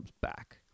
back